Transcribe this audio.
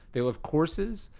they love courses.